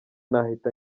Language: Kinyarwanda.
nahita